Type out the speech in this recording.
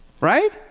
Right